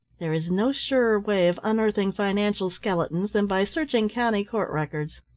there is no surer way of unearthing financial skeletons than by searching county court records.